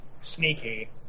sneaky